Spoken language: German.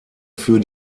für